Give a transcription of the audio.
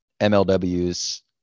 MLW's